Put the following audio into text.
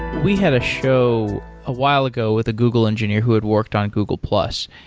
we had a show a while ago with a google engineer who had worked on google plus.